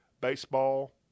baseball